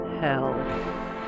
hell